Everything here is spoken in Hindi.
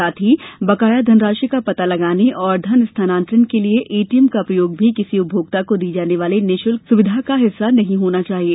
साथ ही बकाया धनराशि का पता लगाने और धन स्थानांतरण के लिये एटीएम का प्रयोग भी किसी उपभोक्ता को दी जाने वाली निशुल्क सुविधा का हिस्सा नहीं होना चाहिये